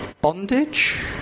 Bondage